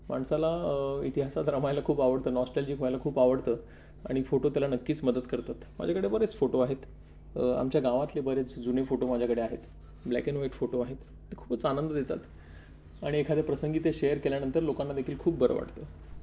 माणसाला इतिहासात रमायला खूप आवडतं नॉस्टेलजीक व्हायला खूप आवडतं आणि फोटो त्याला नक्कीच मदत करतात माझ्याकडे बरेच फोटो आहेत आमच्या गावातले बरेच जुने फोटो माझ्याकडे आहेत ब्लॅक अँड व्हाईट फोटो आहेत ते खूपच आनंद देतात आणि एखाद्या प्रसंगी ते शेअर केल्यानंतर लोकांना देखील खूप बरं वाटतं